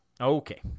Okay